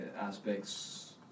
aspects